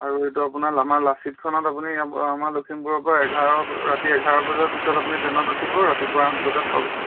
আৰু এইটো আপোনাৰ আমাৰ লাচিতখনত আপুনি আমাৰ লখিমপুৰৰ পৰা এঘাৰ ৰাতি এঘাৰ বজাৰ পিছত আপুনি ট্ৰেইনত উঠিব ৰাতিপুৱা আঠ বজাত পাবগে